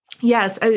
Yes